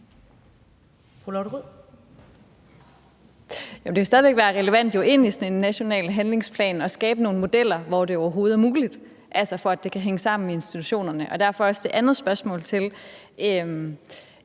det vil jo stadig væk være relevant inde i sådan en national handlingsplan at skabe nogle modeller, hvor det overhovedet er muligt, for at det kan hænge sammen i institutionerne, og derfor også det andet spørgsmål om